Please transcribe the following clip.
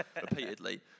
repeatedly